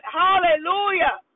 hallelujah